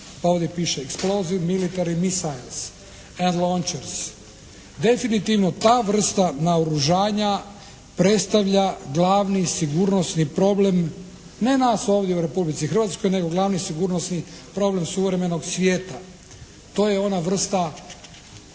Ovdje piše explosiv military misails and …/Govornik se ne razumije./… Definitivno ta vrsta naoružanja predstavlja glavni sigurnosni problem ne nas ovdje u Republici Hrvatskoj nego glavni sigurnosni problem suvremenog svijeta. To je ona vrsta